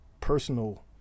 personal